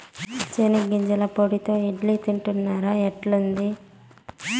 చెనిగ్గింజల పొడితో ఇడ్లీ తింటున్నారా, ఎట్లుంది